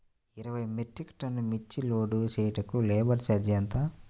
ఇరవై మెట్రిక్ టన్నులు మిర్చి లోడ్ చేయుటకు లేబర్ ఛార్జ్ ఎంత?